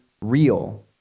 real